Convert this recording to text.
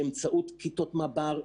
באמצעות כיתות מב"ר,